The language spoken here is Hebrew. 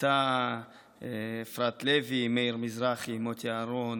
איתה אפרת לוי, מאיר מזרחי, מוטי אהרן,